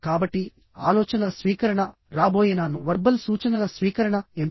కాబట్టి ఆలోచనల స్వీకరణ రాబోయే నాన్ వర్బల్ సూచనల స్వీకరణ ఎంపిక